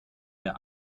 der